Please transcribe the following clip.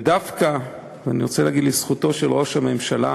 ודווקא אני רוצה להגיד לזכותו של ראש הממשלה,